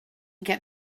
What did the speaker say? get